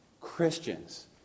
Christians